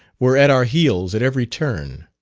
were at our heels at every turn.